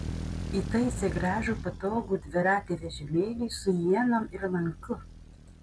įtaisė gražų patogų dviratį vežimėlį su ienom ir lanku